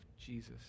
Jesus